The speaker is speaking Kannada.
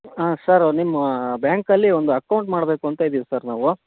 ಹಾಂ ಸರು ನಿಮ್ಮ ಬ್ಯಾಂಕಲ್ಲಿ ಒಂದು ಅಕೌಂಟ್ ಮಾಡಬೇಕು ಅಂತ ಇದ್ದೀವಿ ಸರ್ ನಾವು